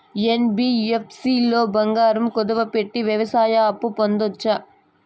NBFC లో బంగారం కుదువు పెట్టి వ్యవసాయ అప్పు పొందొచ్చా?